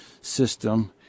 system